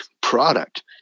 product